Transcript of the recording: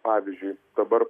pavyzdžiui dabar